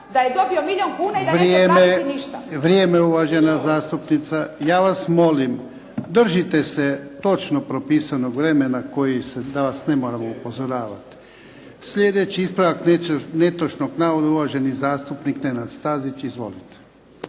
da je dobio milijun kuna i da neće platiti ništa. **Jarnjak, Ivan (HDZ)** Vrijeme! Vrijeme, uvažena zastupnice. Ja vas molim držite se točno propisanog vremena da vas ne moram upozoravati. Sljedeći ispravak netočnog navoda, uvaženi zastupnik Nenad Stazić. Izvolite.